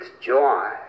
joy